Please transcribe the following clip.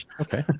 okay